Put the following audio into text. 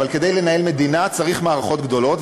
אבל כדי לנהל מדינה צריך מערכות גדולות,